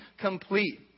complete